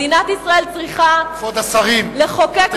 מדינת ישראל צריכה, כבוד השרים, אתם מפריעים.